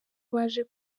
baje